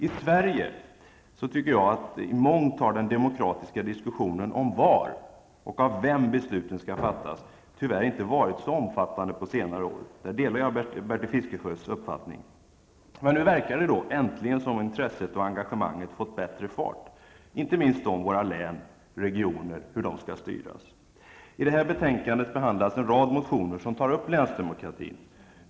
I Sverige har, tycker jag, den demokratiska diskussionen om var och av vem besluten skall fattas tyvärr inte varit så omfattande på senare år. Därvidlag delar jag Bertil Fiskesjös uppfattning. Men nu verkar det som om intresset och engagemanget äntligen fått bättre fart, inte minst om hur våra län -- regioner -- skall styras. I detta betänkande behandlas en rad motioner som tar upp frågan om länsdemokratin.